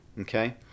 Okay